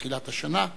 בתחילת השנה,